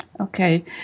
Okay